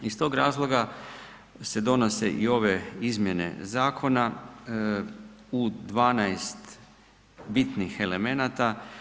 Iz tog razloga se donose i ove izmjene zakona u 12 bitnih elemenata.